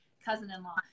cousin-in-law